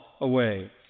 away